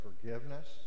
forgiveness